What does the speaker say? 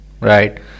right